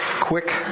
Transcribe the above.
quick